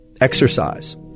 Exercise